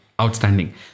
outstanding